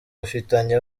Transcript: bafitanye